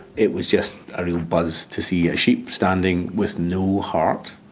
it was just a real buzz to see a sheep standing with no heart,